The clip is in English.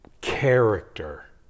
Character